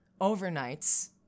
overnights